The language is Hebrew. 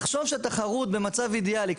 לחשוב שהתחרות במצב אידיאלי,